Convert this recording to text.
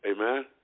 Amen